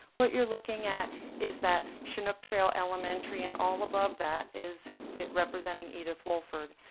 what you're looking at is that chinook trail elementary. and all above that is it representing edith woolford.